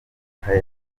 imipaka